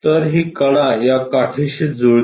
तर ही कडा या काठाशी जुळते